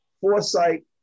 Foresight